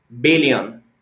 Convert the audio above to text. billion